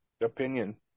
opinion